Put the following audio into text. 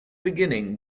beginning